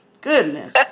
Goodness